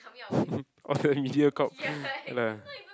or the mediacorp